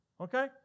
Okay